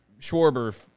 Schwarber